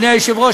אדוני היושב-ראש,